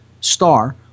star